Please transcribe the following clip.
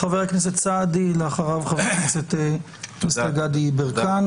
חבר הכנסת סעדי, ואחריו חבר הכנסת גדי יברקן.